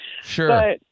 Sure